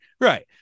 Right